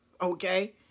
Okay